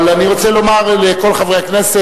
אבל אני רוצה לומר לכל חברי הכנסת,